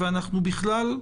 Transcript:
בכלל,